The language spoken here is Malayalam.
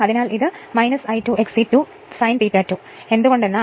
അതിനാൽ ഇത് I2 X e 2 sin ∅ 2 ആയിരിക്കും